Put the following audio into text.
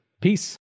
Peace